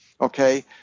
Okay